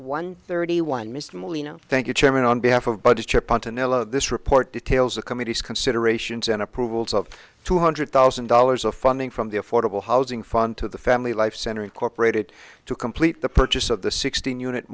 one thirty one mr molina thank you chairman on behalf of budget chair ponton l o this report details the committee's considerations and approvals of two hundred thousand dollars of funding from the affordable housing fund to the family life center incorporated to complete the purchase of the sixteen unit